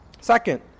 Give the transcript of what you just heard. Second